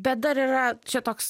bet dar yra čia toks